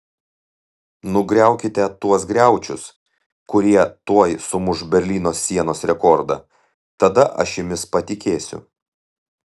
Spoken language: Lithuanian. nugriaukite tuos griaučius kurie tuoj sumuš berlyno sienos rekordą tada aš jumis patikėsiu